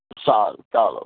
સારું ચાલો